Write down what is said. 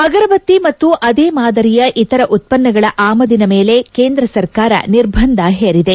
ಅಗರಬತ್ತಿ ಮತ್ತು ಅದೇ ಮಾದರಿಯ ಇತರ ಉತ್ತನ್ನಗಳ ಆಮದಿನ ಮೇಲೆ ಕೇಂದ್ರ ಸರ್ಕಾರ ನಿರ್ಬಂಧ ಹೇರಿದೆ